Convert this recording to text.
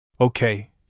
Okay